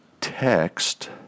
text